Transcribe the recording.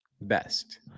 best